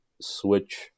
switch